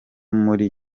muri